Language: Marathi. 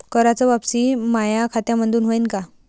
कराच वापसी माया खात्यामंधून होईन का?